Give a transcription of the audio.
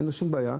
אין לו שום בעיה,